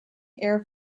air